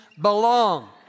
belong